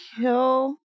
kill